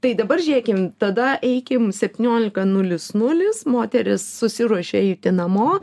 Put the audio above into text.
tai dabar žiūrėkim tada eikim septyniolika nulis nulis moteris susiruošė eiti namo